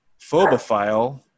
phobophile